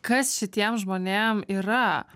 kas šitiem žmonėm yra